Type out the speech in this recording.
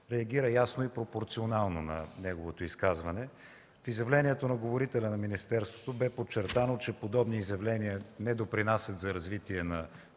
реагира ясно и пропорционално на неговото изказване. В изявлението на говорителя на министерството бе подчертано, че подобни изявления не допринасят за развитие на